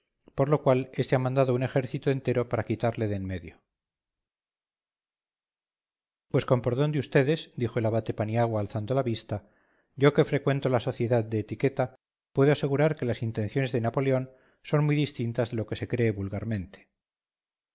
por lo cual éste ha mandado un ejército entero para quitarle de en medio pues con perdón de vds dijo el abate paniagua alzando la vista yo que frecuento la sociedad de etiqueta puedo asegurar que las intenciones de napoleón son muy distintas de lo que se cree vulgarmente